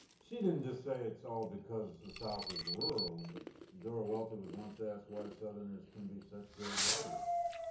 she didn't just say it's all because the south is rural. but eudora welty was once asked why southerners can be such great writers,